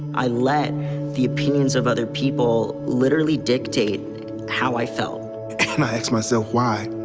i let the opinions of other people literally dictate how i felt. and i asked myself why?